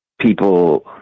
people